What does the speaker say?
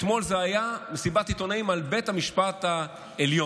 אתמול זו הייתה מסיבת עיתונאים על בית המשפט העליון.